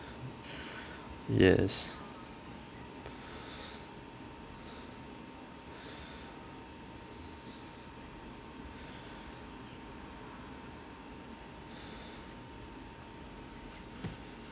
yes